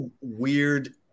weird